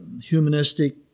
humanistic